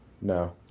No